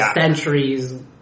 centuries